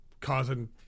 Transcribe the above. causing